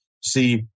see